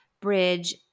bridge